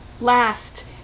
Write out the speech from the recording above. last